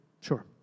Sure